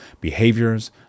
behaviors